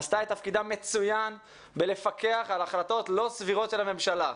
עשתה את תפקידה מצוין בפיקוח על החלטות לא סבירות של הממשלה.